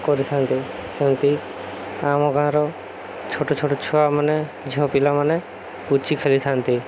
କରିଥାନ୍ତି ସେମତି ଆମ ଗାଁର ଛୋଟ ଛୋଟ ଛୁଆମାନେ ଝିଅ ପିଲାମାନେ ପୁଚି ଖେଲିଥାନ୍ତି